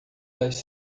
das